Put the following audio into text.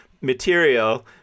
material